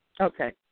Okay